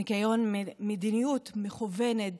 ניקיון ממדיניות מכוונת